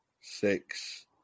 six